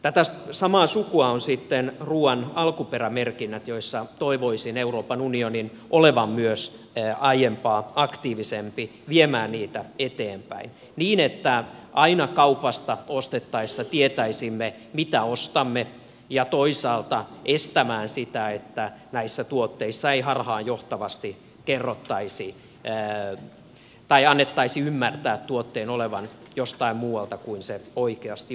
tätä samaa sukua ovat sitten ruuan alkuperämerkinnät joissa toivoisin euroopan unionin olevan myös aiempaa aktiivisempi viemään niitä eteenpäin niin että aina kaupasta ostettaessa tietäisimme mitä ostamme ja toisaalta estämään sitä että näissä tuotteissa ei harhaanjohtavasti annettaisi ymmärtää tuotteen olevan jostain muualta kuin mistä se oikeasti onkaan